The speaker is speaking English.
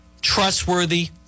trustworthy